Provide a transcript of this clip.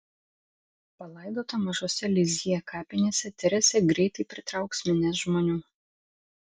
palaidota mažose lizjė kapinėse teresė greitai pritrauks minias žmonių